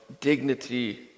dignity